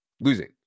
losing